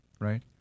right